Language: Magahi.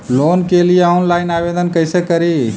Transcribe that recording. लोन के लिये ऑनलाइन आवेदन कैसे करि?